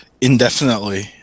indefinitely